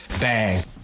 bang